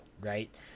Right